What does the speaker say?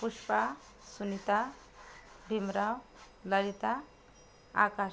Pushpa Sunita Bhimrao Lalita Akash